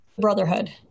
Brotherhood